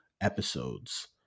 episodes